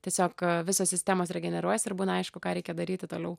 tiesiog visos sistemos regeneruojasi ir būna aišku ką reikia daryti toliau